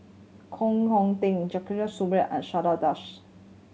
Koh Hoon Teck and Chandra Das